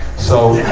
so, as